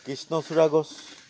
কৃষ্ণচূড়া গছ